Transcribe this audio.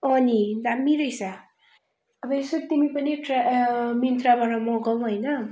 नि दामी रहेछ अब यसो तिमी पनि ट्र मिन्त्राबाट मगाउ होइन